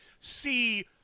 see